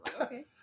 Okay